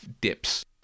dips